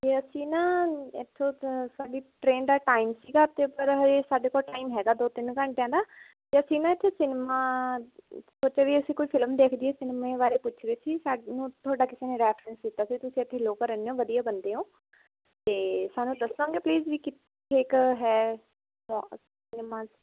ਅਤੇ ਅਸੀਂ ਨਾ ਇੱਥੋਂ ਤੋਂ ਸਾਡੀ ਟਰੇਨ ਦਾ ਟਾਈਮ ਸੀਗਾ ਅਤੇ ਪਰ ਹਜੇ ਸਾਡੇ ਕੋਲ ਟਾਈਮ ਹੈਗਾ ਦੋ ਤਿੰਨ ਘੰਟਿਆਂ ਦਾ ਅਤੇ ਅਸੀਂ ਨਾ ਇੱਥੇ ਸਿਨਮਾ ਸੋਚਿਆ ਵੀ ਅਸੀਂ ਕੋਈ ਫਿਲਮ ਦੇਖ ਜੀਏ ਸਿਨਮੇ ਬਾਰੇ ਪੁੱਛ ਰਹੇ ਸੀ ਸਾਨੂੰ ਤੁਹਾਡਾ ਕਿਸੇ ਨੇ ਰੈਫਰੈਂਸ ਦਿੱਤਾ ਸੀ ਤੁਸੀਂ ਐਥੇ ਲੋਕਲ ਰਹਿੰਦੇ ਹੋ ਵਧੀਆ ਬੰਦੇ ਹੋ ਅਤੇ ਸਾਨੂੰ ਦੱਸੋਂਗੇ ਪਲੀਜ਼ ਵੀ ਕਿੱਥੇ ਕੁ ਹੈ ਸਿਨੇਮਾ